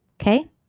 Okay